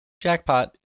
Jackpot